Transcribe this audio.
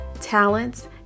talents